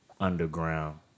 underground